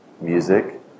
music